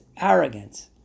arrogance